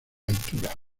altura